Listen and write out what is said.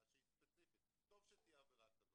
טוב שתהיה עבירה כזו.